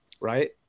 right